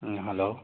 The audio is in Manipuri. ꯎꯝ ꯍꯜꯂꯣ